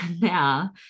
now